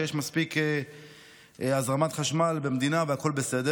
ושיש מספיק הזרמת חשמל במדינה והכול בסדר.